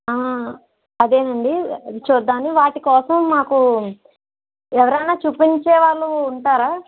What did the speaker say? అదేనండీ చూద్దామని వాటి కోసం మాకు ఎవరన్నా చూపించే వాళ్ళు ఉంటారా